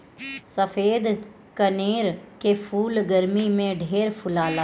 सफ़ेद कनेर के फूल गरमी में ढेर फुलाला